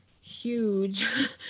huge